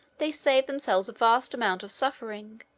they save themselves a vast amount of suffering,